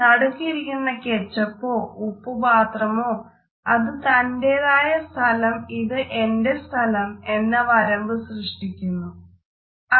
നടുക്കിരിക്കുന്ന കെച്ചപ്പോ ഉപ്പുപാത്രമോ അത് തന്റെ സ്ഥലം ഇത് എന്റെ സ്ഥലം എന്ന വരമ്പ് സൃഷ്ടിക്കുന്നുണ്ട്